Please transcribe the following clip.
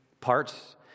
parts